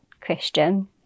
Christian